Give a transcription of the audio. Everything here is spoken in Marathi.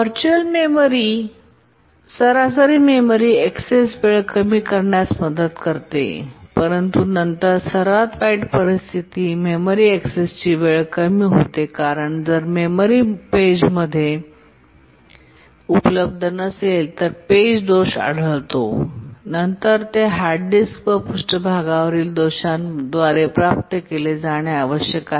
व्हर्च्युअल मेमरी सरासरी मेमरी ऍक्सेस वेळ कमी करण्यास मदत करते परंतु नंतर सर्वात वाईट परिस्थिती मेमरी ऍक्सेसची वेळ कमी होते कारण जर मेमरीमध्ये पेज उपलब्ध नसेल तर पेज दोष आढळतो आणि नंतर ते हार्ड डिस्क व पृष्ठावरील दोषांद्वारे प्राप्त केले जाणे आवश्यक आहे